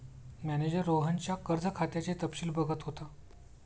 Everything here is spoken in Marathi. मॅनेजर रोहनच्या कर्ज खात्याचे तपशील बघत होता